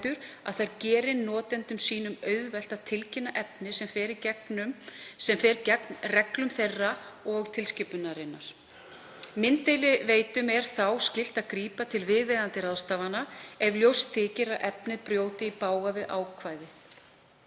að þær geri notendum sínum auðvelt að tilkynna efni sem fer gegn reglum þeirra og tilskipunarinnar. Mynddeiliveitum er skylt að grípa til viðeigandi ráðstafana ef ljóst þykir að efnið brjóti í bága við ákvæðið.